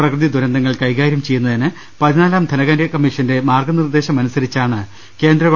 പ്രകൃതി ദുരന്തങ്ങൾ കൈകാര്യം ചെയ്യുന്നതിന് പതി നാലാം ധനകാര്യ കമ്മീഷന്റെ മാർഗനിർദേശമനുസരിച്ചാണ് കേന്ദ്ര ഗവ